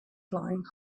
flying